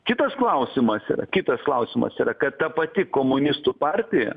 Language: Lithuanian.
kitas klausimas yra kitas klausimas yra kad ta pati komunistų partija